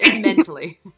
mentally